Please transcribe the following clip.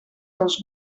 dels